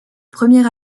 premier